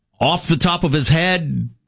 off-the-top-of-his-head